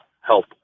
help